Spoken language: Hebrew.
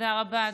תודה רבה.